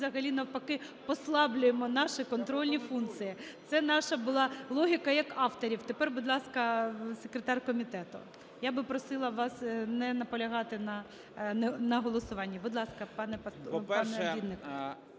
взагалі навпаки послаблюємо наші контрольні функції. Це наша була логіка як авторів. Тепер, будь ласка, секретар комітету. Я би просила вас не наполягати на голосуванні. Будь ласка, пане Вінник.